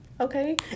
okay